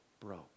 broke